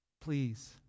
Please